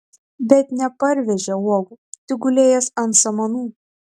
bet neparvežė uogų tik gulėjęs ant samanų